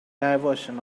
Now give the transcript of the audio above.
diversion